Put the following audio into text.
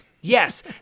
Yes